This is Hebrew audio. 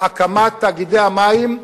הקמת תאגידי המים,